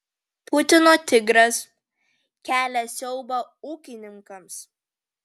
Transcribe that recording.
putino tigras kelia siaubą ūkininkams